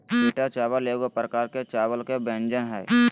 पीटा चावल एगो प्रकार के चावल के व्यंजन हइ